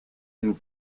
and